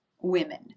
women